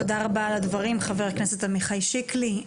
תודה רבה על הדברים, חבר הכנסת עמיחי שיקלי.